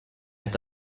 est